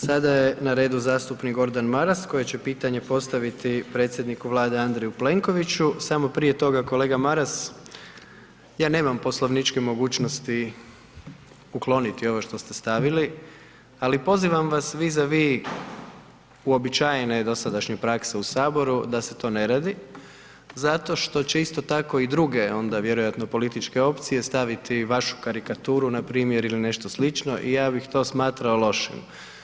Sada je na redu zastupnik Gordan Maras koji će pitanje postaviti predsjedniku Vlade Andreju Plenkoviću, samo prije toga kolega Maras, ja nemam poslovničke mogućnosti ukloniti ovo što ste stavili ali pozivam vas vis a vis uobičajene i dosadašnje prakse u Saboru da se to ne radi zato što se isto tako i druge onda vjerojatno političke opcije staviti vašu karikaturu npr. ili nešto slično i ja bih to smatrao lošim.